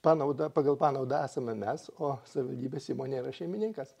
panauda pagal panaudą esame mes o savivaldybės įmonė yra šeimininkas